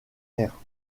ère